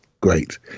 great